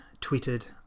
tweeted